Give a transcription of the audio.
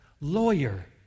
lawyer